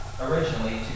originally